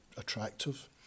attractive